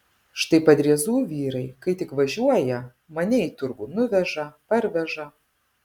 štai padriezų vyrai kai tik važiuoja mane į turgų nuveža parveža